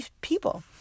people